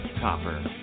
Copper